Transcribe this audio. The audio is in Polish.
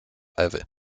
ewy